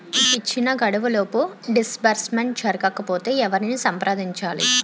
ఇచ్చిన గడువులోపు డిస్బర్స్మెంట్ జరగకపోతే ఎవరిని సంప్రదించాలి?